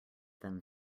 than